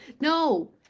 no